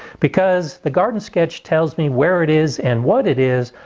because the garden sketch tells me where it is and what it is,